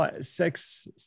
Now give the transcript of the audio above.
sex